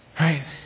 Right